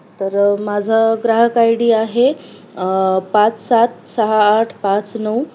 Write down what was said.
तर माझा ग्राहक आय डी आहे पाच सात सहा आठ पाच नऊ